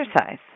exercise